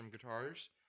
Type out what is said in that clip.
Guitars